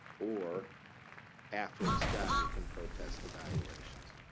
or after it's done, you can protest the valuations.